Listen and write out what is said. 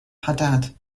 hadad